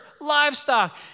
livestock